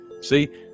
See